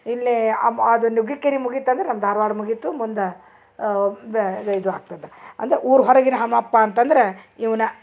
ಇಲ್ಲೀ ಅಬ್ ಆದು ನುಗ್ಗಿಕೇರಿ ಮುಗಿತಂದ್ರ ನಮ್ಮ ಧಾರವಾಡ ಮುಗಿತು ಮುಂದ ಬ್ಯಾರೆ ಇದು ಆಗ್ತದ ಅಂದ್ರ ಊರು ಹೊರಗಿನ ಹನ್ಮಪ್ಪ ಅಂತಂದ್ರ ಇವನ್ನ